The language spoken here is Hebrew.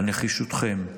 על נחישותכם,